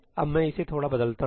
अब मैं इसे थोड़ा बदलता हूं